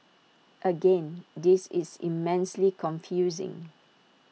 again this is immensely confusing